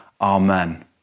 Amen